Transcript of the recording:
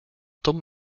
tom